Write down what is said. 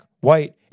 White